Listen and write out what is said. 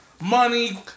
money